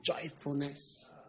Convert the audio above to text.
joyfulness